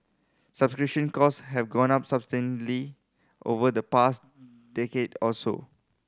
subscription cost have gone up substantially over the past decade or so